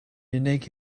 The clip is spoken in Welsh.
unig